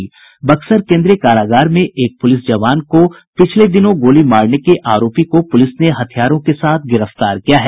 बक्सर केन्द्रीय कारागार में एक प्रुलिस जवान को पिछले दिनों गोली मारने के आरोपी को पुलिस ने हथियारों के साथ गिरफ्तार किया है